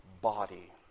body